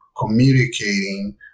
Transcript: communicating